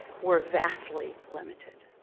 were vastly limited.